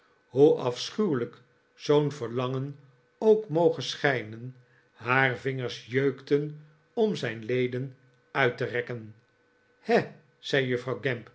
hoe afschuwelijk zoo'n verlangen ook moge schijnen haar vingers jeukten om zijn leden uit te rekken he zei juffrouw